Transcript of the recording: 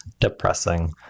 depressing